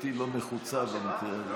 שתשובתי לא נחוצה במקרה הזה.